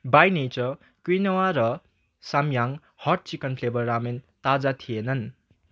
by nature quinoa र Samyang hot chicken flavour ramen ताजा थिएनन्